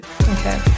okay